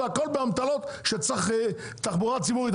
והכל באמתלות שצריך תחבורה ציבורית.